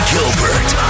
Gilbert